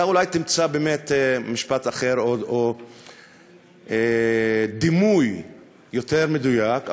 אתה אולי תמצא באמת משפט אחר או דימוי יותר מדויק,